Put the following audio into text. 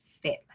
fit